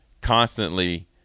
constantly